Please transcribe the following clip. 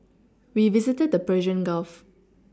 we visited the Persian Gulf